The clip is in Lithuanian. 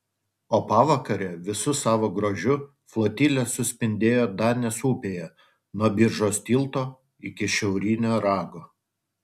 o pavakare visu savo grožiu flotilė suspindėjo danės upėje nuo biržos tilto iki šiaurinio rago